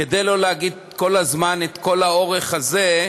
כדי לא להגיד כל הזמן את כל האורך הזה,